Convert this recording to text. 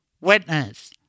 witness